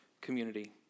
community